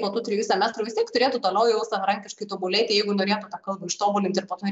po tų trijų semestrų vis tiek turėtų toliau jau savarankiškai tobulėti jeigu norėtų tą kalbą ištobulint ir po to